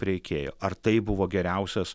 reikėjo ar tai buvo geriausias